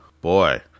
Boy